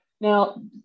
Now